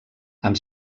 amb